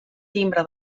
timbre